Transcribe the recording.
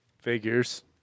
Figures